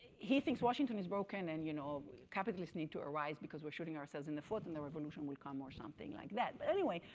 he thinks washington is broken and you know capitalists need to arise, because we're shooting ourselves in the foot and the revolution will come or something like that. but anyway,